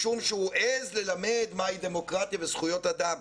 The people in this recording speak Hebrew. משום שהוא העז ללמד מה היא דמוקרטיה וזכויות אדם,